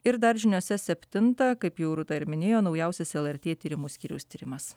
ir dar žiniose septintą kaip jau rūta ir minėjo naujausias lrt tyrimų skyriaus tyrimas